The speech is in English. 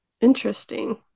Interesting